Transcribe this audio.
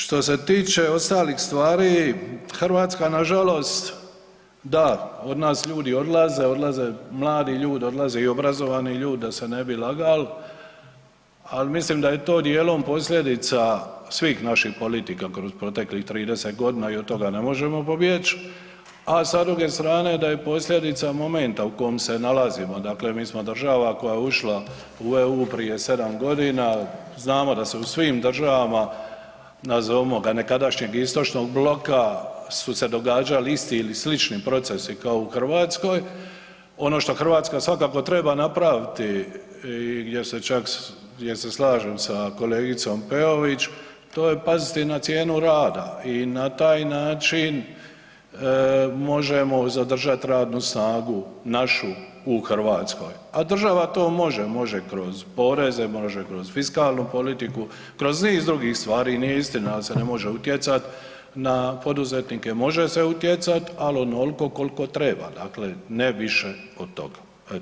Što se tiče ostalih stvari, Hrvatska nažalost, da, od nas ljudi odlaze, odlaze mladi ljudi, odlaze i obrazovani ljudi da se ne bi lagali, ali mislim da je to djelom posljedica svih naših politika kroz proteklih 30 g. i od toga ne možemo pobjeć a sa druge strane da je posljedica momenta u kom se nalazimo, dakle mi smo država koja je ušla u EU prije 7 g., znamo da se u svim državama, nazovimo ga nekadašnjeg Istočnog bloka su se događali isti ili slični procesi kao u Hrvatskoj, ono što Hrvatska svakako treba napraviti i gdje se slažem sa kolegicom Peović, to je paziti i na cijenu rada i na taj način možemo zadržati radnu snagu našu u Hrvatskoj a država to može, može kroz poreze, može kroz fiskalnu politiku, kroz niz drugih stvari, nije istina da se ne može utjecati na poduzetnike, može se utjecat ali onoliko koliko treba, dakle ne više od toga.